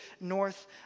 north